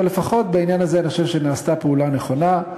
אבל לפחות בעניין הזה אני חושב שנעשתה פעולה נכונה,